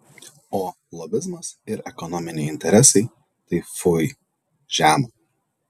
o lobizmas ir ekonominiai interesai tai fui žema